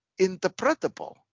interpretable